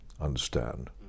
understand